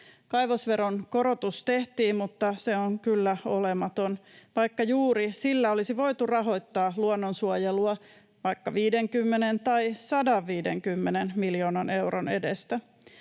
Kaivosveron korotus tehtiin, mutta se on kyllä olematon, vaikka juuri sillä olisi voitu rahoittaa luonnonsuojelua vaikka 50 tai 150 miljoonan euron edestä.